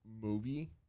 movie